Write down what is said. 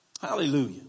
Hallelujah